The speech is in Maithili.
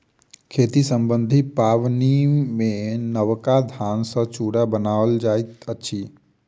खेती सम्बन्धी पाबनिमे नबका धान सॅ चूड़ा बनाओल जाइत अछि